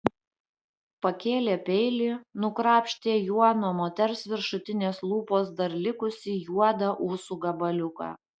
pakėlė peilį nukrapštė juo nuo moters viršutinės lūpos dar likusį juodą ūsų gabaliuką